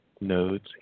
nodes